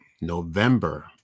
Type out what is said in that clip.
November